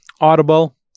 Audible